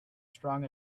strong